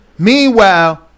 Meanwhile